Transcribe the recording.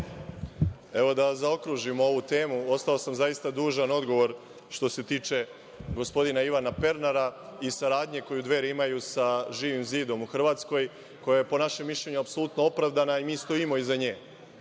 Evo, da zaokružimo ovu temu. Ostao sam zaista dužan odgovor što se tiče gospodina Ivana Pernara i saradnje koju Dveri imaju sa Živim zidom u Hrvatskoj, koja je po našem mišljenju apsolutno opravdana i mi stojimo iza nje. Živi